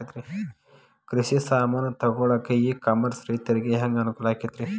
ಕೃಷಿ ಸಾಮಾನ್ ತಗೊಳಕ್ಕ ಇ ಕಾಮರ್ಸ್ ರೈತರಿಗೆ ಹ್ಯಾಂಗ್ ಅನುಕೂಲ ಆಕ್ಕೈತ್ರಿ?